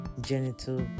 genital